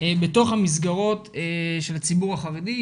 בתוך המסגרות של הציבור החרדי,